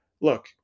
Look